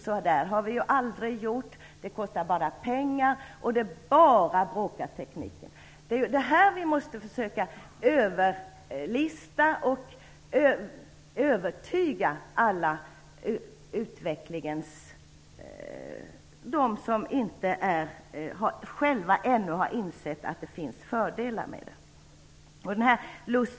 Så har vi aldrig gjort förut. Det kostar bara pengar. Tekniken bara bråkar. Vi måste försöka överlista detta och övertyga alla dem som ännu inte har insett att det finns fördelar med utvecklingen.